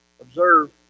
observe